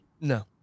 No